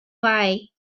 why